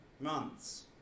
Months